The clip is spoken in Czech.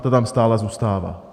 To tam stále zůstává.